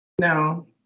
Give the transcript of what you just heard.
No